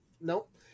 nope